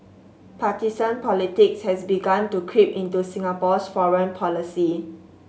partisan politics has begun to creep into Singapore's foreign policy